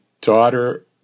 daughter